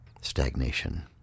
stagnation